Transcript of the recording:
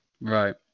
right